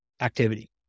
activity